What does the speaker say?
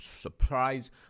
surprise